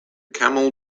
camel